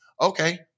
Okay